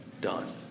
done